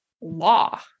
law